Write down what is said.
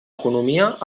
economia